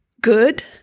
Good